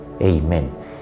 Amen